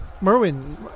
Merwin